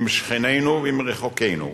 עם שכנינו ועם רחוקינו,